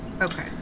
Okay